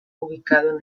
ubicado